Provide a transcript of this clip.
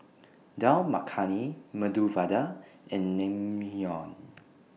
Dal Makhani Medu Vada and Naengmyeon